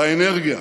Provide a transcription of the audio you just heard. באנרגיה.